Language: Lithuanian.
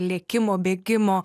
lėkimo bėgimo